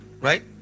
right